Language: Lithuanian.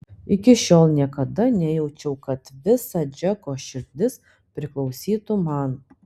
iki šiol niekada nejaučiau kad visa džeko širdis priklausytų man